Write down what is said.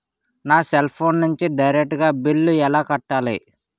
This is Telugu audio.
నా సెల్ ఫోన్ నుంచి డైరెక్ట్ గా బిల్లు ఎలా కట్టాలి?